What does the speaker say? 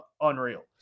unreal